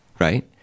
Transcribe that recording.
right